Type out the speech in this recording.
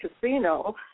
Casino